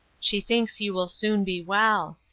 she thinks you will soon be well.